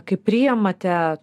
kai priimate